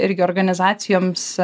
irgi organizacijoms